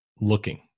looking